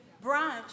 branch